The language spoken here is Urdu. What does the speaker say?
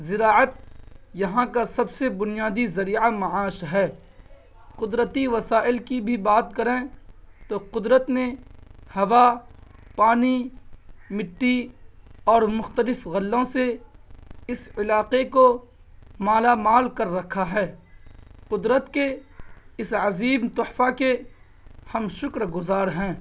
ذراعت یہاں کا سب سے بنیادی ذریعہ معاش ہے قدرتی وسائل کی بھی بات کریں تو قدرت نے ہوا پانی مٹی اور مختلف غلوں سے اس علاقے کو مالا مال کر رکھا ہے قدرت کے اس عظیم تحفہ کے ہم شکر گزار ہیں